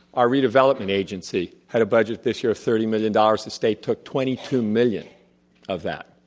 our redevelopment agency had a budget this year of thirty million dollars the state took twenty two million of that.